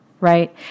right